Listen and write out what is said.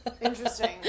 Interesting